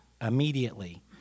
immediately